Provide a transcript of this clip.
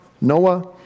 Noah